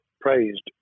praised